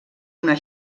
una